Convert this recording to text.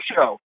show